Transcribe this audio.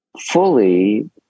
fully